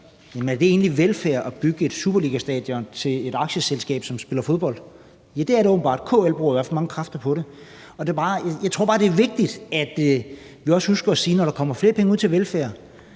velfærd at bygge et superligastadion til et aktieselskab, som spiller fodbold? Ja, det er det åbenbart. KL bruger i hvert fald mange kræfter på det. Jeg tror bare, det er vigtigt, at vi også husker at sige, når der kommer flere penge ud til velfærd